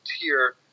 tier